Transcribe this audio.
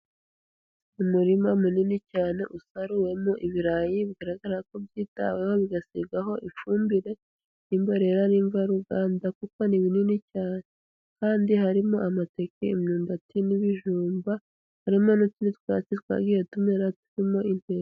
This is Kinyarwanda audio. Umurima munini cyane usaruwemo ibirayi bigaragara ko byitaweho bigasigwaho ifumbire y'imborera n'invaruganda, kuko ni binini cyane. Kandi harimo amateke, imyumbati n'ibijumba, harimo n'utundi twatsi twagiye tumera turimo imbere.